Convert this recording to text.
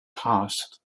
passed